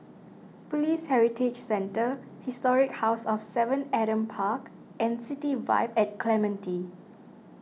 Police Heritage Centre Historic House of Seven Adam Park and City Vibe at Clementi